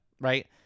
Right